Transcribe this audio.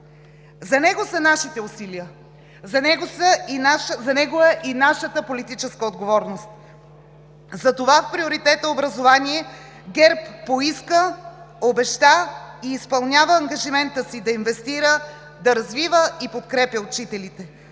За него са нашите усилия, за него е и нашата политическа отговорност. За това в приоритета образование ГЕРБ поиска, обеща и изпълнява ангажимента си да инвестира, да развива и подкрепя учителите,